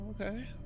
okay